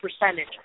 percentage